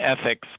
ethics